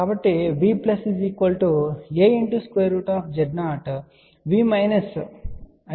కాబట్టి V aZ0